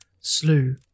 slew